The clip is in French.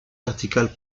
verticales